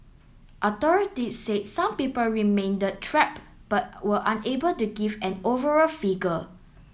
authorities said some people remain trapped but were unable to give an overall figure